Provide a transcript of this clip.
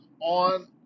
on